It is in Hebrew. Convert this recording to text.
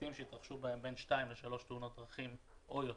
צמתים שהתרחשו בהן בין שתיים לשלוש תאונות דרכים או יותר.